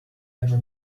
ever